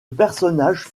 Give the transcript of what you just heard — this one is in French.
personnage